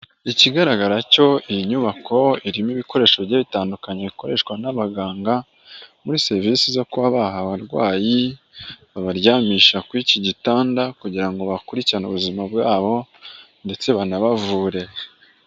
Ikigaragara cyo iyi nyubako irimo ibikoresho bigiyue bitandukanye bikoreshwa n'abaganga muri serivisi zo kuba abarwayi babaryamisha kuri iki gitanda kugira ngo bakurikirane ubuzima bwabo ndetse banabavure.